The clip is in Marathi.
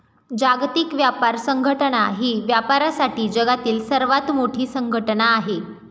जागतिक व्यापार संघटना ही व्यापारासाठी जगातील सर्वात मोठी संघटना आहे